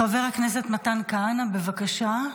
חבר הכנסת מתן כהנא, בבקשה.